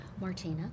Martina